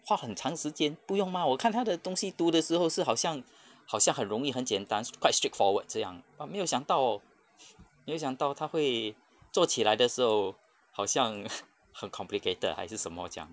花很长时间不用 mah 我看它的东西读的时候是好像好像很容易很简单 quite straightforward 这样 but 没有想到没想到它会做起来的时候好像很 complicated 还是什么这样